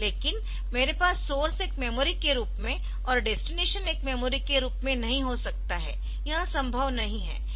लेकिन मेरे पास सोर्स एक मेमोरी के रूप में और डेस्टिनेशन एक मेमोरी के रूप में नहीं हो सकता है यह संभव नहीं है